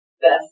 best